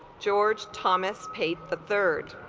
george thomas paid the third